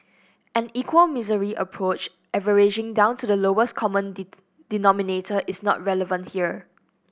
an equal misery approach averaging down to the lowest common denominator is not relevant here